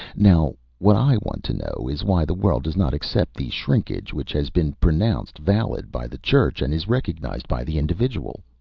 now what i want to know is why the world does not accept the shrinkage which has been pronounced valid by the church and is recognized by the individual?